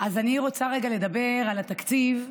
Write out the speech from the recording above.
אני רוצה רגע לדבר על התקציב,